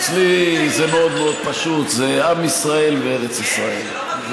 אצלי זה מאוד מאוד פשוט, זה עם ישראל וארץ ישראל.